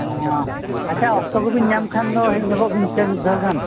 ᱦᱮᱸ ᱟᱪᱪᱷᱟ ᱚᱠᱛᱚ ᱠᱚᱵᱤᱱ ᱧᱟᱢ ᱠᱷᱟᱱ ᱫᱚ ᱦᱮᱡ ᱧᱚᱜᱚᱜ ᱵᱤᱱ ᱥᱮ ᱢᱤᱫ ᱫᱷᱟᱣ ᱜᱟᱱ